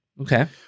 okay